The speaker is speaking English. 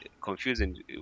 confusing